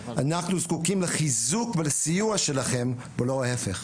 אנחנו זקוקים לחיזוק ולסיוע שלכם, ולא ההיפך.